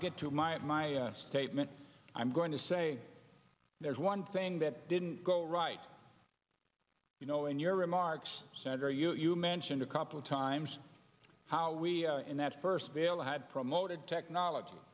get to my my statement i'm going to say there's one thing that didn't go right you know in your remarks senator you you mentioned a couple of times how we in that first veil had promoted technology